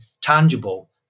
tangible